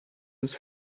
his